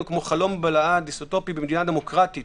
כמו חלום בלהה דיסטופי במדינה דמוקרטית